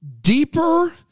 deeper